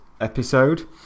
episode